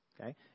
Okay